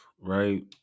right